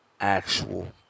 actual